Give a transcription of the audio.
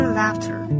laughter